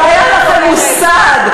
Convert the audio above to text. לא היה לכם מושג.